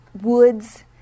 woods